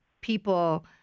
people –